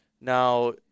Now